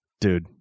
Dude